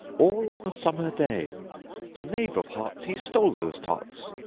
all on a summer day the knave of hearts, he stole those tarts,